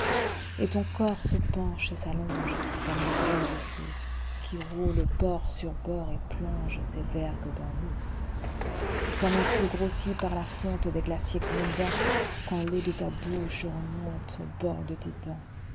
et ton corps se penche et s'allongecomme un fin vaisseau qui roule bord sur bord et plongeses vergues dans l'eau comme un flot grossi par la fontedes glaciers grondants quand l'eau de ta bouche remonteau bord de tes dents